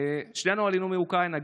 שנינו עלינו מאוקראינה,